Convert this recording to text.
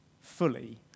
fully